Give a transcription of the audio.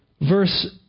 verse